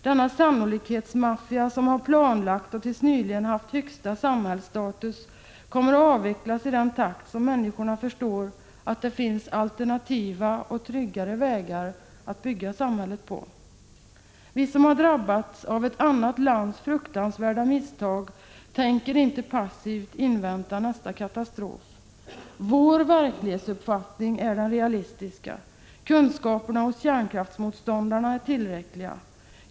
Denna ”sannolikhetsmaffia”, som har gjort upp planerna och som tills nyligen haft högsta samhällsstatus, kommer att avvecklas allteftersom människor inser att det finns alternativ och tryggare sätt när det gäller att bygga upp samhället. Vi som har drabbats på grund av att ett annat land har gjort fruktansvärda misstag tänker inte passivt invänta nästa katastrof. Vår verklighetsuppfattning är realistisk. Kunskaperna hos kärnvapenmotståndarna är tillräckliga.